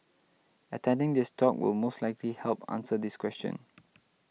attending this talk will most likely help answer this question